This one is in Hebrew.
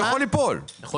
הוא יכול ליפול ולקבל אפס.